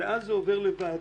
ואז זה עובר לוועדה.